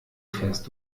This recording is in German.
fährst